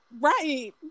Right